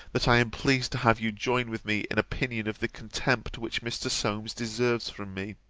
that i am pleased to have you join with me in opinion of the contempt which mr. solmes deserves from me.